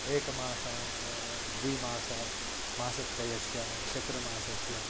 एकमासं द्विमासं मासत्रयस्य चतुर्मासस्य